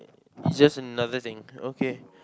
it's just another thing okay